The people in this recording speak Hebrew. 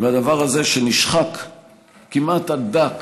והדבר הזה נשחק כמעט עד דק